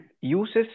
uses